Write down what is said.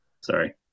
sorry